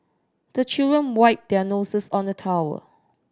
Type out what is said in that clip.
the children wipe their noses on the towel